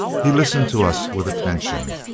he listened to us with attention,